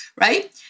right